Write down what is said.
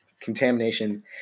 contamination